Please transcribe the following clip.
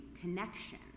connection